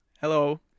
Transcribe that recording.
Hello